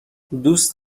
دوست